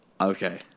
okay